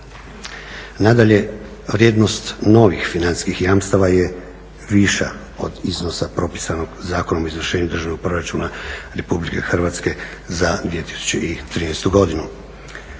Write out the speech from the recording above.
Nadalje, vrijednost novih financijskih jamstava je viša od iznosa propisanog Zakonom o izvršenju državnog proračuna Republike Hrvatske za 2013. godinu.